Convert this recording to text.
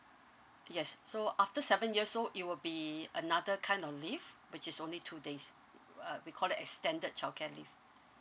yes so after seven years old it will be another kind of leave which is only two days uh we call that extended childcare leave